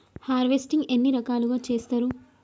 Harvesting ఎన్ని రకాలుగా చేస్తరు?